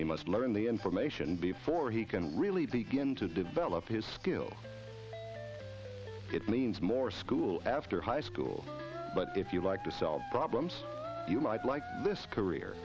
he must learn the information before he can really begin to develop his skill it means more school after high school but if you like to solve problems you might like this career